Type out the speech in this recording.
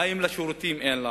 מים לשירותים אין לנו.